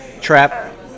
Trap